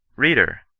reader!